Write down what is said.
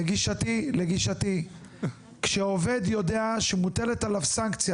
לגישתי כשעובד יודע שמוטלת עליו סנקציה